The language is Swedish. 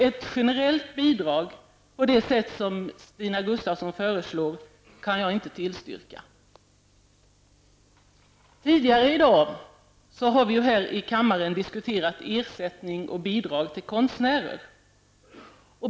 Ett generellt bidrag utformat på det sätt som Stina Gustavsson föreslår kan jag inte tillstyrka. Tidigare i dag har vi här i kammaren diskuterat ersättning och bidrag till konstnärer.